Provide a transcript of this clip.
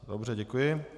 Dobře, děkuji.